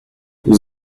nous